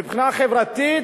מבחינה חברתית,